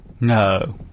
No